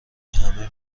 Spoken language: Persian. همه